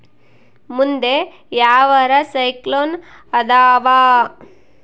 ಮುಂದೆ ಯಾವರ ಸೈಕ್ಲೋನ್ ಅದಾವ?